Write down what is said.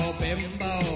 bimbo